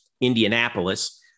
Indianapolis